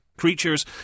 creatures